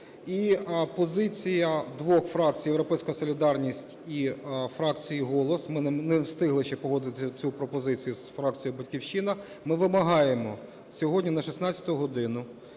І позиція двох фракцій: "Європейської солідарності" і фракції "Голос", ми не встигли ще погодити цю пропозицію з фракцією "Батьківщина". Ми вимагаємо сьогодні на 16 годину